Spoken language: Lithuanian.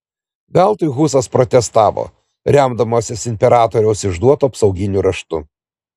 veltui husas protestavo remdamasis imperatoriaus išduotu apsauginiu raštu